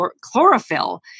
chlorophyll